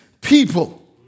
people